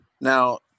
Now